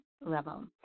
level